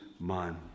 man